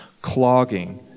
clogging